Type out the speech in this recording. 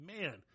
man